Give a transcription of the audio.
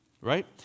right